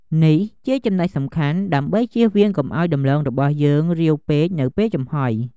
នេះជាចំណុចសំខាន់ ដើម្បីជៀសវាងកុំឱ្យដំឡូងរបស់យើងរាវពេក នៅពេលចំហុយ។